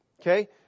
Okay